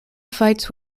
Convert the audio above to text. fights